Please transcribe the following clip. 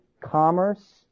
Commerce